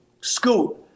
Scoot